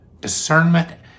Discernment